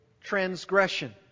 transgression